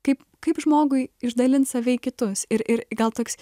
kaip kaip žmogui išdalint save į kitus ir ir gal toks